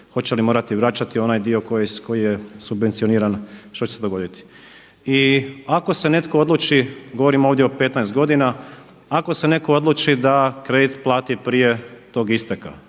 hoće li morati vraćati onaj dio koji je subvencioniran, što će se dogoditi? I ako se neko odluči, govorim ovdje o 15 godina, ako se neko odluči da kredit plati prije tog isteka,